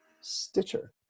Stitcher